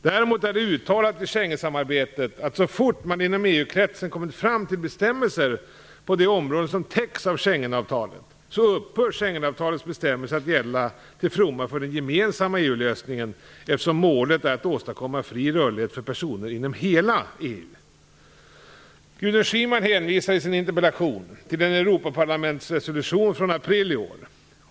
Däremot är det uttalat i Schengensamarbetet att så fort man inom EU-kretsen kommit fram till bestämmelser på de områden som täcks av lösningen eftersom målet är att åstadkomma fri rörlighet för personer inom hela EU. Gudrun Schyman hänvisar i sin interpellation till en Europaparlamentsresolution från april i år.